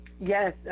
Yes